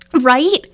Right